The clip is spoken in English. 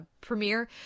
premiere